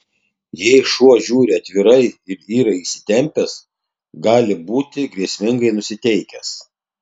jei šuo žiūri atvirai ir yra įsitempęs gali būti grėsmingai nusiteikęs